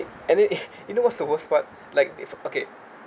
and then ay you know what's the worst part like if okay